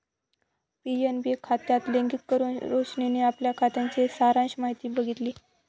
PNB खात्यात login करुन रोशनीने आपल्या खात्याची सारांश माहिती बघितली